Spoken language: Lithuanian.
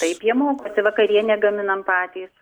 taip jie mokosi vakarienę gaminam patys